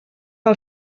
del